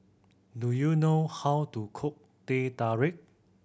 do you know how to cook Teh Tarik